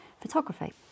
photography